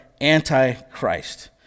anti-Christ